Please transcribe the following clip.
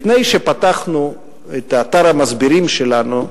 לפני שפתחנו את האתר "מסבירים" שלנו,